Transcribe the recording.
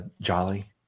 jolly